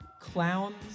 clowns